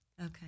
Okay